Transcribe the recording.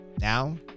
Now